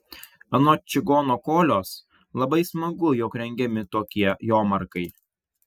anot čigono kolios labai smagu jog rengiami tokie jomarkai